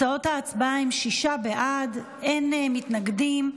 תוצאות ההצבעה הן שישה בעד, אין מתנגדים,